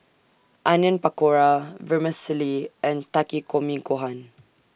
Onion Pakora Vermicelli and Takikomi Gohan